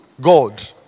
God